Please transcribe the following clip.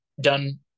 done